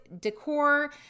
decor